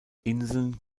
inseln